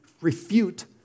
refute